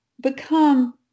become